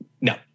No